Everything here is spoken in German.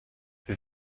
wir